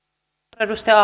arvoisa rouva